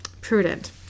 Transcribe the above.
Prudent